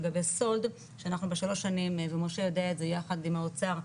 לגבי סולד ומשה יודע את זה יחד עם האוצר,